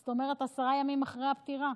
זאת אומרת עשרה ימים אחרי הפטירה.